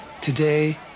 today